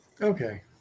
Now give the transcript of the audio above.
Okay